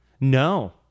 No